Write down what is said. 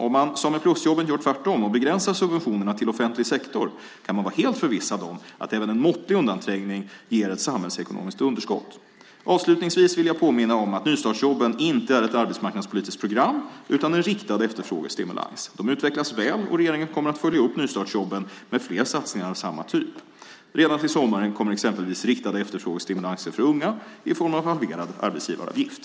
Om man som med plusjobben gör tvärtom och begränsar subventionerna till offentlig sektor kan man vara helt förvissad om att även en måttlig undanträngning ger ett samhällsekonomiskt underskott. Avslutningsvis vill jag påminna om att nystartsjobben inte är ett arbetsmarknadspolitisk program utan en riktad efterfrågestimulans. De utvecklas väl, och regeringen kommer att följa upp nystartsjobben med fler satsningar av samma typ. Redan till sommaren kommer exempelvis riktade efterfrågestimulanser för unga i form av halverad arbetsgivaravgift.